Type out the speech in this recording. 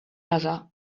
other